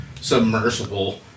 submersible